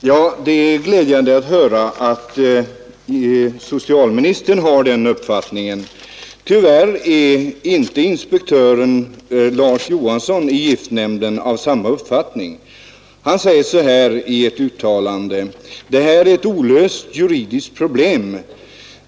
Herr talman! Det är glädjande att höra att socialministern har den uppfattningen. Tyvärr är inte inspektören Lars Johansson i giftnämnden av samma uppfattning. Han säger så här i ett uttalande: ”Det här är ett olöst juridiskt problem!